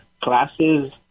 classes